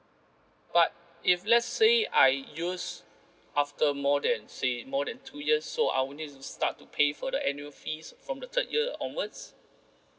but if let's say I use after more than say more than two years so I only start to pay for the annual fees from the third year onwards